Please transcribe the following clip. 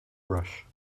rush